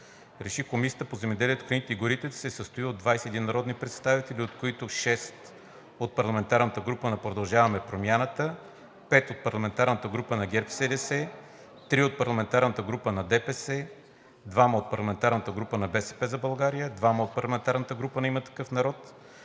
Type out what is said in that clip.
1. Комисията по бюджет и финанси се състои от 23 народни представители, от които: 6 от парламентарната група на „Продължаваме Промяната“; 6 от парламентарната група на ГЕРБ СДС; 3 от парламентарната група на ДПС; 3 от парламентарната група на „БСП за България“; 2 от парламентарната група на „Има такъв народ“,